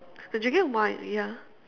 they're drinking wine ya